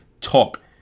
talk